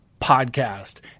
podcast